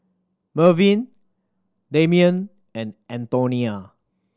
Mervyn Damion and Antonia